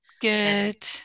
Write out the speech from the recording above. good